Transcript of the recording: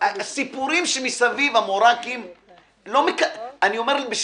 בשבילך אני אומר.